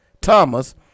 Thomas